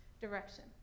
direction